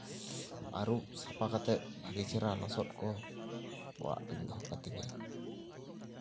ᱟᱹᱨᱩᱵᱽ ᱥᱟᱯᱷᱟ ᱠᱟᱛᱮᱫ ᱵᱷᱟᱹᱜᱤ ᱪᱮᱨᱦᱟ ᱞᱚᱥᱚᱫ ᱠᱚ ᱟᱹᱨᱩᱵᱽ ᱠᱟᱛᱮᱫ ᱤᱧ ᱫᱚᱦᱚ ᱠᱟᱛᱤᱧᱟ